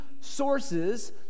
sources